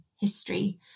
history